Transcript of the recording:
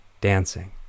dancing